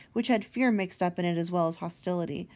which had fear mixed up in it as well as hostility,